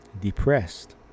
depressed